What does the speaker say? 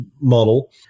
model